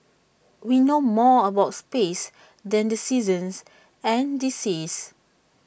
we know more about space than the seasons and the seas